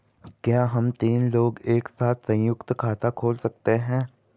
क्या हम तीन लोग एक साथ सयुंक्त खाता खोल सकते हैं?